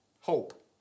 hope